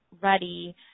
ready